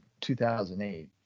2008